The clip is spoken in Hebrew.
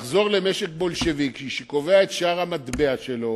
לחזור למשק בולשביקי שקובע את שער המטבע שלו